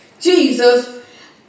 Jesus